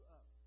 up